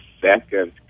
second